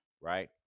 right